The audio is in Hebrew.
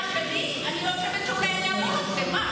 אני יוצאת אתיופיה, אני חושבת שאולי אעבור אתכם.